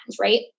Right